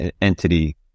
entity